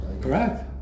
Correct